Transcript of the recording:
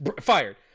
Fired